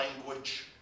language